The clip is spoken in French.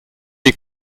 les